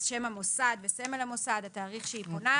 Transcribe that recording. שם המוסד וסמל המוסד והתאריך שהיא פונה.